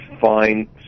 fine